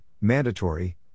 mandatory